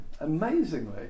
amazingly